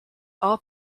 all